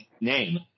name